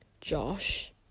Josh